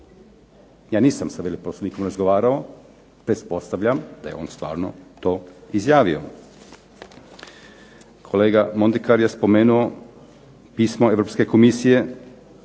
Ja nisam sa veleposlanikom razgovarao, pretpostavljam da je on stvarno to izjavio. Kolega Mondekar je spomenuo pismo Europske Komisije